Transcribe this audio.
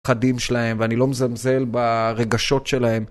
חדים שלהם, ואני לא מזלזל ברגשות שלהם.